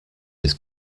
his